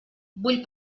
vull